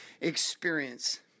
experience